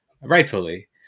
rightfully